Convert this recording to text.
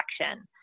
action